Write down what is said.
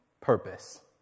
purpose